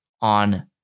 on